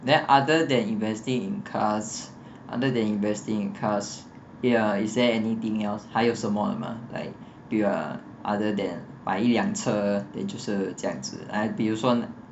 then other than investing in cars other than investing in cars ya is there anything else 还有什么的吗 like 比如 ah other than 买一辆车 than 就是这样子 ah 比如说